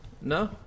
No